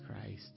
Christ